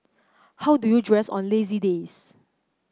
how do you dress on lazy days